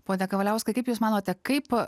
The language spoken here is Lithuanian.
pone kavaliauskai kaip jūs manote kaip